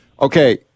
Okay